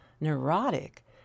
neurotic